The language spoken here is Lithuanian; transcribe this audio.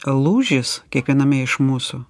lūžis kiekviename iš mūsų